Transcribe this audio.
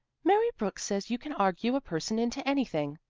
mary brooks says you can argue a person into anything.